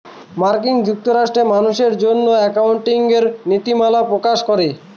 মার্কিন যুক্তরাষ্ট্রে মানুষের জন্য একাউন্টিঙের নীতিমালা প্রকাশ করে